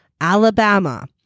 Alabama